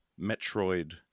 Metroid